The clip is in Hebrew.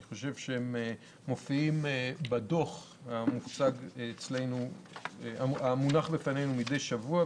אני חושב שהם מופיעים בדוח המונח בפנינו מדי שבוע,